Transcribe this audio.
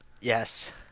Yes